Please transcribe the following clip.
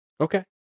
okay